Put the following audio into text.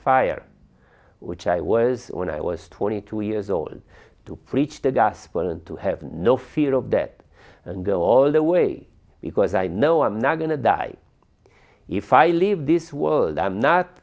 fire which i was when i was twenty two years old to preach the gospel and to have no fear of that and go all the way because i know i'm not going to die if i leave this world i'm not